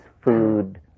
food